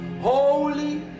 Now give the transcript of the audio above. Holy